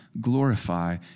glorify